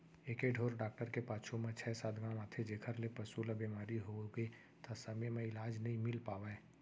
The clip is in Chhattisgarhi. एके ढोर डॉक्टर के पाछू म छै सात गॉंव आथे जेकर ले पसु ल बेमारी होगे त समे म इलाज नइ मिल पावय